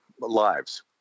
lives